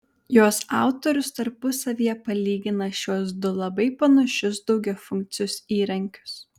jos autorius tarpusavyje palygina šiuos du labai panašius daugiafunkcius įrankius